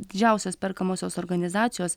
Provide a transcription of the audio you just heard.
didžiausios perkamosios organizacijos